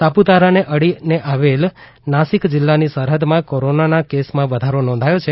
સાપુતારાને અડી આવેલ નાસિક જિલ્લાની સરહદમાં કોરોનાના કેસોમાં વધારો નોંધાયો છે